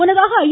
முன்னதாக ஐ